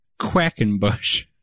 Quackenbush